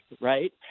right